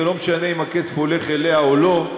זה לא משנה אם הכסף הולך אליה או לא,